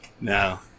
No